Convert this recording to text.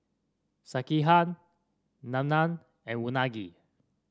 Sekihan Naan and Unagi